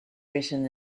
written